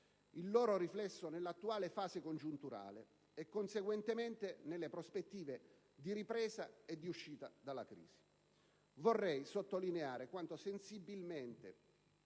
il loro riflesso nell'attuale fase congiunturale e, conseguentemente, nelle prospettive di ripresa e di uscita dalla crisi. Vorrei sottolineare quanto sensibilmente,